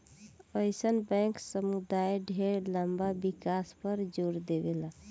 अइसन बैंक समुदाय ढेर लंबा विकास पर जोर देवेला